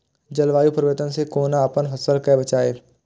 जलवायु परिवर्तन से कोना अपन फसल कै बचायब?